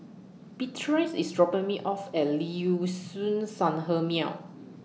Beatrice IS dropping Me off At Liuxun Sanhemiao